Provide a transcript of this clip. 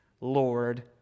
Lord